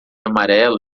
amarelo